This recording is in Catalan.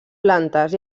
plantes